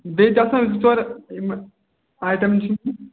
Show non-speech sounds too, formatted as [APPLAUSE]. بیٚیہِ تہِ آسَن زٕ ژور یِمہٕ آیٹَم [UNINTELLIGIBLE]